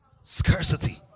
Scarcity